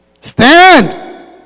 stand